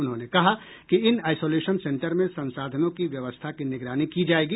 उन्होंने कहा कि इन आईसोलेशन सेन्टर में संसाधनों की व्यवस्था की निगरानी की जायेगी